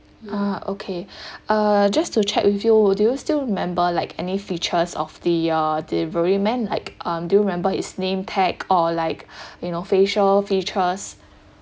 uh okay uh just to check with you would you still remember like any features of the uh delivery man like um do you remember his name tag or like you know facial features